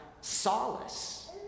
solace